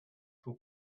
will